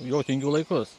jotvingių laikus